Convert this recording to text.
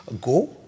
go